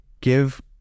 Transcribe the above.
give